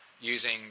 using